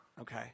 Okay